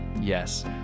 Yes